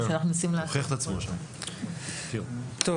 טוב.